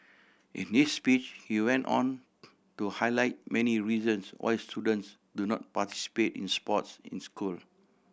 in his speech he went on to highlight many reasons why students do not participate in sports in school